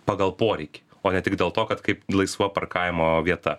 pagal poreikį o ne tik dėl to kad kaip laisva parkavimo vieta